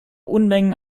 unmengen